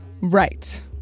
Right